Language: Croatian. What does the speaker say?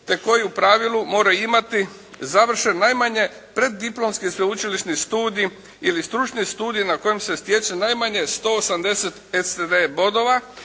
te koji u pravilu mora imati završen najmanje preddiplomski sveučilišni studij ili stručni studij na kojem se stječe najmanje 180 SCTS bodova